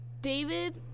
David